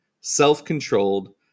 self-controlled